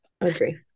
Agree